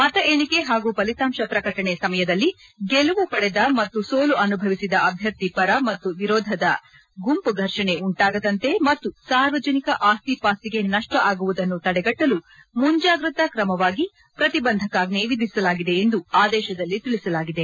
ಮತ ಎಣಿಕೆ ಹಾಗೂ ಫಲಿತಾಂಶ ಪ್ರಕಟಣೆ ಸಮಯದಲ್ಲಿ ಗೆಲವು ಪಡೆದ ಮತ್ತು ಸೋಲು ಅನುಭವಿಸಿದ ಅಭ್ಯರ್ಥಿ ಪರ ಮತ್ತು ವಿರೋಧದ ಗುಂಪು ಫರ್ಷಣೆ ಉಂಟಾಗದಂತೆ ಮತ್ತು ಸಾರ್ವಜನಿಕ ಆಸ್ತಿ ಪಾಸ್ತಿಗೆ ನಷ್ಸ ಆಗುವುದನ್ನು ತಡೆಗಟ್ಟಲು ಮುಂಜಾಗ್ರತಾ ಕ್ರಮವಾಗಿ ಪ್ರತಿಬಂಧಕಾಜ್ಞೆ ವಿಧಿಸಲಾಗಿದೆ ಎಂದು ಆದೇತದಲ್ಲಿ ತಿಳಿಸಲಾಗಿದೆ